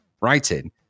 writing